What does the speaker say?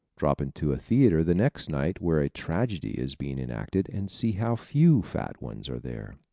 drop into a theater the next night where a tragedy is being enacted and see how few fat ones are there.